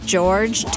George